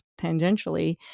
tangentially